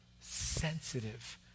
sensitive